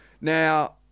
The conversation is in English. Now